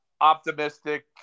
optimistic